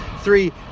three